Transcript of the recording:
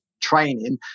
training